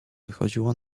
wychodziło